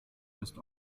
ist